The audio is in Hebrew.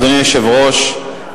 אדוני היושב-ראש,